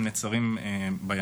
נעבור לנושא הבא על